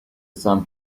sum